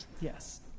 Yes